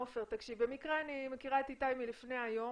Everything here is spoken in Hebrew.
במקרה אני מכירה את איתי לפני היום,